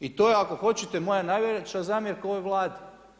I to je ako hoćete moja najveća zamjerka ovoj vladi.